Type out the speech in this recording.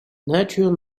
nature